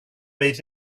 made